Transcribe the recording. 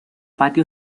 patio